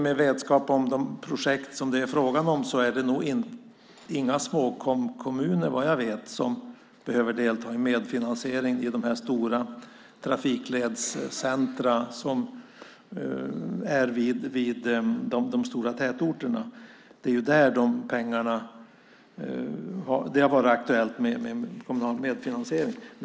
Med vetskap om de projekt det är fråga om är det, vad jag vet, inga Småkomkommuner som behöver delta med finansiering i de stora trafikledscentrumen vid de stora tätorterna. Det är där det har varit aktuellt med kommunal medfinansiering.